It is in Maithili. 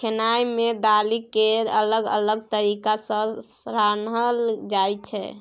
खेनाइ मे दालि केँ अलग अलग तरीका सँ रान्हल जाइ छै